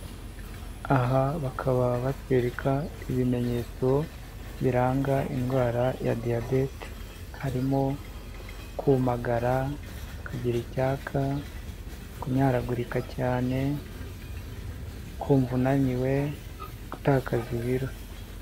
Aha bakaba batwereka ibimenyetso biranga indwara ya diyabete, harimo kumagaragira, kugira icyaka, kunyaragurika cyane, kumva unaniwe, gutakaza ibiro.